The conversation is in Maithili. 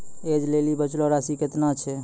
ऐज लेली बचलो राशि केतना छै?